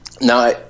Now